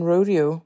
Rodeo